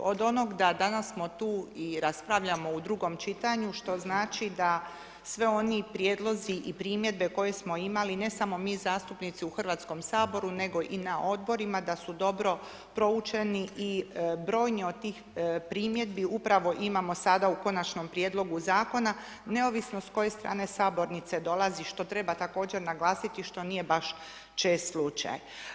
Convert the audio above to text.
Od onog da danas smo tu i raspravljamo u drugom čitanju što znači da svi oni prijedlozi i primjedbe koje smo imali, ne samo mi zastupnici u Hrvatskom saboru nego i na odborima da su dobro proučeni i brojni od tih primjedbi upravo imamo sada u konačnom prijedlogu zakona neovisno s koje strane sabornice dolazi što treba također naglasiti što nije baš čest slučaj.